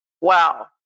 Wow